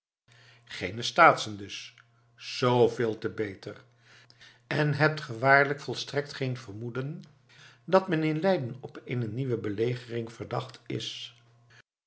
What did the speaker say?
geene staatschen dus zooveel te beter en hebt ge waarlijk volstrekt geen vermoeden dat men in leiden op eene nieuwe belegering verdacht is